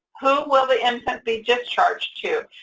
who will the infant be discharged to?